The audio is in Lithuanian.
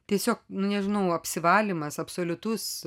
tiesiog nežinau apsivalymas absoliutus